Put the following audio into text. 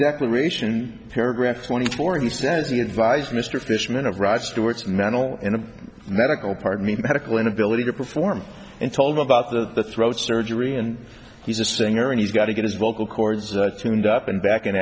declaration paragraph twenty four he says he advised mr fishman of rod stewart's manal in a medical part mean medical inability to perform and told him about the throat surgery and he's a singer and he's got to get his vocal chords tuned up and back in